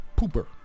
pooper